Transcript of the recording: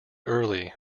early